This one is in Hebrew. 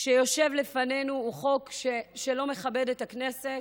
שמונח לפנינו הוא חוק שלא מכבד את הכנסת,